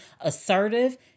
assertive